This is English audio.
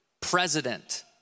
president